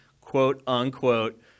quote-unquote